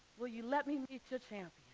will you let me meet your champion?